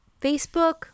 Facebook